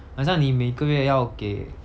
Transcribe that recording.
好像你每个月要给